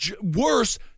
worse